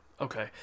okay